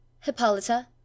hippolyta